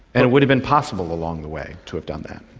and it would have been possible along the way to have done that.